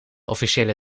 officiële